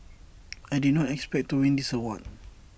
I did not expect to win this award